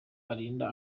arinda